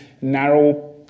narrow